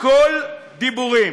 הכול דיבורים.